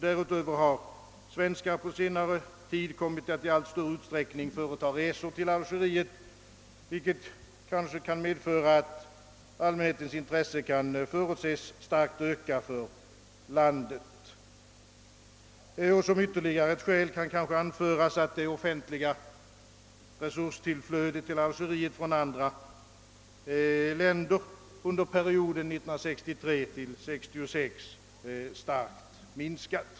Därutöver har svenskar på senare tid kommit att i allt större utsträckning företa resor till Algeriet, vilket kan förutses medföra att allmänhetens intresse för landet starkt ökar. Som ytterligare ett skäl kan kanske anföras, att det offentliga resurstillflödet till Algeriet från andra länder under perioden 1963—1966 kraftigt minskat.